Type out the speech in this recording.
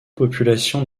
population